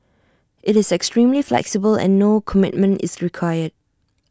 IT is extremely flexible and no commitment is required